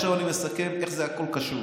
עכשיו אני מסכם איך הכול קשור: